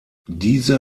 diese